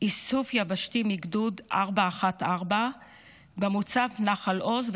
איסוף יבשתי מגדוד 414 במוצב נחל עוז,